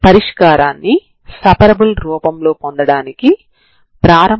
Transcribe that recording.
మీరు x0t0 అనే point గుండా వెళ్లే లైన్ ను కనుగొనాలనుకుంటున్నారు